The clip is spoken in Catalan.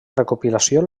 recopilació